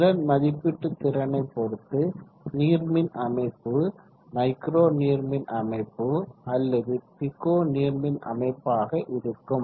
திறன்மதிப்பீட்டு திறனை பொறுத்து நீர்மின் அமைப்பு மைக்ரோ நீர்மின் அமைப்பு அல்லது பிகோ நீர்மின் அமைப்பு ஆக இருக்கும்